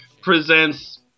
presents